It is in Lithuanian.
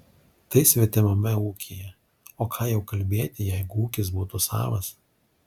tai svetimame ūkyje o ką jau kalbėti jeigu ūkis būtų savas